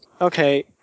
Okay